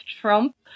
Trump